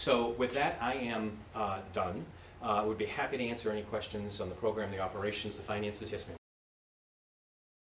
so with that i am done i would be happy to answer any questions on the program the operations the finances